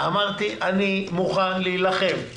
אמרתי: אני מוכן להילחם.